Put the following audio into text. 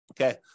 Okay